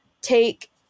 take